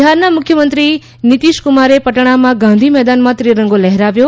બિહારના મુખ્યમંત્રી નિતિશ કુમારે પટણામાં ગાંધી મેદાનમાં ત્રિરંગો લહેરાવ્યો